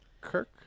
Kirk